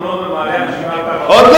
מה, רף